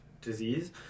disease